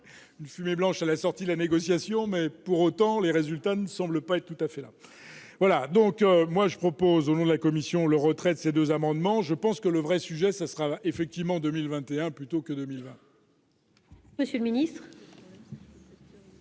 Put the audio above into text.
une fumée blanche à la sortie, la négociation, mais pour autant les résultats ne semble pas être tout à fait là voilà donc moi je propose au nom de la commission, le retrait de ces 2 amendements, je pense que le vrai sujet, ce sera effectivement 2021 plutôt que 2001. Monsieur le Ministre.